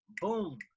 Boom